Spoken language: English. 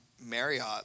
Marriott